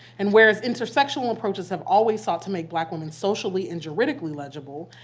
and whereas intersexual approaches have always sought to make black women socially and juridically legible,